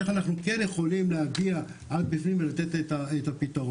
איך אנחנו כן יכולים להגיע פנימה ולתת את הפתרון.